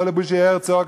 לא לבוז'י הרצוג.